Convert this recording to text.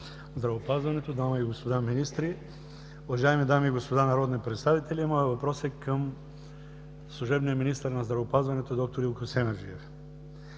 здравеопазването, дами и господа министри, уважаеми дами и господа народни представители! Моят въпрос е към служебния министър на здравеопазването д-р Илко Семерджиев.